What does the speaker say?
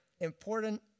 important